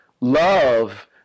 love